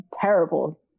terrible